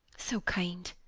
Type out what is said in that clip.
so kind,